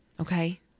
Okay